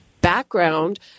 background